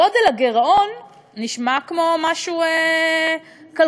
גודל הגירעון נשמע כמו משהו כלכלי,